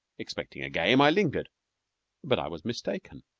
expecting a game, i lingered but i was mistaken.